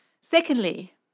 Secondly